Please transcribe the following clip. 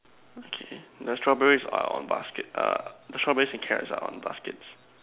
okay the strawberries are on basket strawberries and carrots are on basket